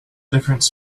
difference